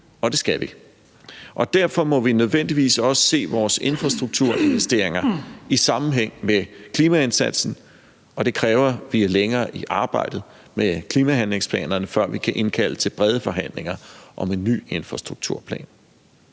og det skal vi. Derfor må vi nødvendigvis også se vores infrastrukturinvesteringer i sammenhæng med klimaindsatsen, og det kræver, at vi er længere i arbejdet med klimahandlingsplanerne, før vi kan indkalde til brede forhandlinger om en ny infrastrukturplan.